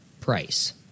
price